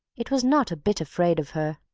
it was not a bit afraid of her.